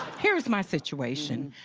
here's my situation.